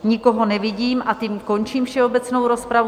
Nikoho nevidím a tím končím všeobecnou rozpravu.